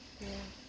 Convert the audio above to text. ya